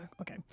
Okay